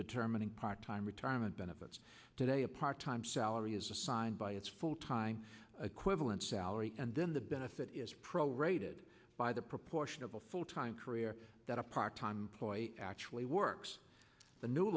determining part time retirement benefits today a part time salary is assigned by its full time equivalent salary and then the benefit is pro rated by the proportion of a full time career that a part time employee actually works the new